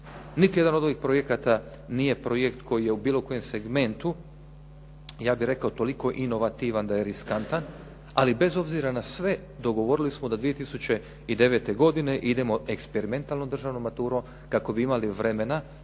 Niti jedan od ovih projekata nije projekt koji je u bilo kojem segmentu, ja bih rekao toliko inovativan da je riskantan, ali bez obzira na sve dogovorili smo da 2009. godine idemo eksperimentalnom državnom maturom kako bi imali vremena